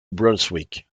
brunswick